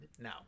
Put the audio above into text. now